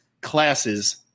classes